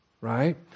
right